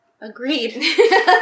Agreed